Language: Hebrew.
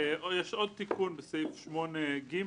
יש תיקון נוסף בסעיף 8(ג):